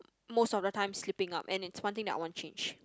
most of the time slipping up and it's one thing that I want change